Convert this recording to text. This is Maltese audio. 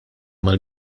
mal